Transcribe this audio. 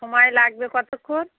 সময় লাগবে কতক্ষণ